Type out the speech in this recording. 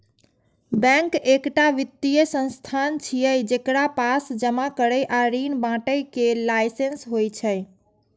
bank एकटा वित्तीय संस्थान छियै, जेकरा पास जमा करै आ ऋण बांटय के लाइसेंस होइ छै